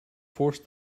forced